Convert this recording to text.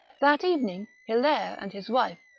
that evening hiliare and his wife,